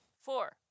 Four